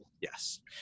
Yes